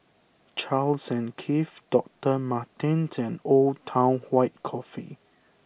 Charles and Keith Doctor Martens and Old Town White Coffee